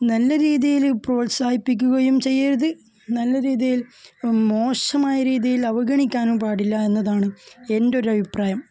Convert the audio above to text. നല്ല രീതിയിൽ പ്രോൽസാഹിപ്പിക്കുകയും ചെയ്യരുത് നല്ല രീതിയിൽ മോശമായ രീതിയിൽ അവഗണിക്കാനും പാടില്ല എന്നതാണ് എൻ്റെ ഒരു അഭിപ്രായം